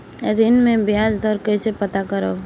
ऋण में बयाज दर कईसे पता करब?